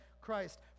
Christ